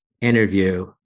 interview